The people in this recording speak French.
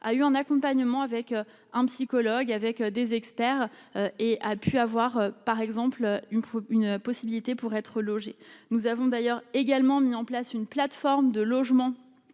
a eu en accompagnement avec un psychologue, avec des experts et a pu avoir par exemple une une possibilité pour être logés, nous avons d'ailleurs également mis en place une plateforme de logement